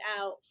out